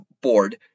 board